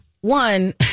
one